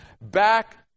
back